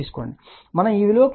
కాబట్టి మనం ఈ విలువ కు j 1